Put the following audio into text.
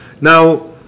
Now